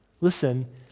listen